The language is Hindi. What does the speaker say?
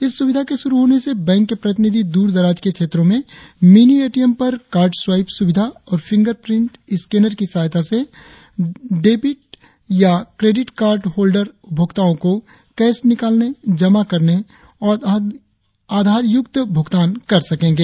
इस सुविधा के शुरु होने से बैंक के प्रतिनिधि दूर दराज के क्षेत्रों में मिनी एटीएम पर कार्ड स्वाईप सुविधा और फिंगर प्रिंट स्केनर की सहायता से डेविड या क्रेडिट कार्ड होल्डर उपभोक्ताओं को कैस निकालने जमा करने और आधार युक्त भुगतान कर सकेंगे